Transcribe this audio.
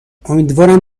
امیدوارم